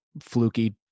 fluky